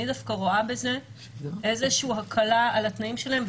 אני רואה בזה דווקא הקלה על התנאים שלהם.